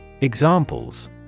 Examples